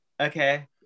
okay